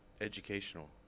educational